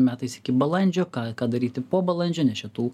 metais iki balandžio ką ką daryti po balandžio nes čia tų